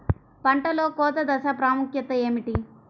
పంటలో కోత దశ ప్రాముఖ్యత ఏమిటి?